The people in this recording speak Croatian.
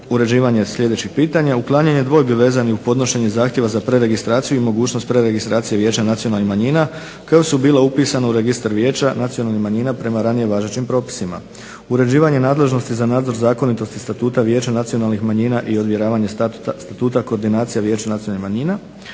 uređivanje sljedećih pitanja, uklanjanje dvojbi vezanih uz podnošenje zahtjeva za preregistraciju i mogućnost preregistracije Vijeća nacionalnih manjina koja su bila upisana u Registar Vijeća nacionalnih manjina prema ranije važećim propisima, uređivanje nadležnosti za nadzor zakonitosti statuta Vijeća nacionalnih manjina i odmjeravanje statuta koordinacija Vijeća nacionalnih manjina,